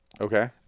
Okay